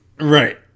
Right